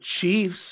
Chiefs